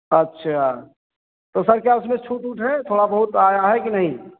अच्छा तो सर क्या उसमें छूट ऊट है थोड़ा बहुत आया है कि नहीं